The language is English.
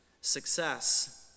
success